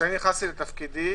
כשאני נכנסתי לתפקידי